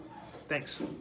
Thanks